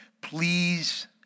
please